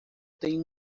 tem